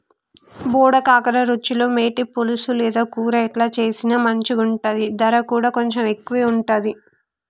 బోడ కాకర రుచిలో మేటి, పులుసు లేదా కూర ఎట్లా చేసిన మంచిగుంటది, దర కూడా కొంచెం ఎక్కువే ఉంటది